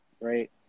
Right